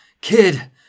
kid